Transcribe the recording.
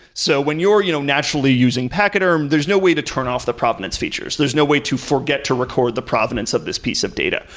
so when you're you know naturally using pachyderm, there's no way to turn off the provenance features. there's no way to forget to record the provenance of this piece of data.